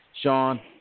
Sean